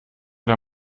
der